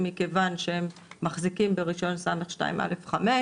מכיוון שהם מחזיקים ברישיון ס'2א'5.